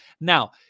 Now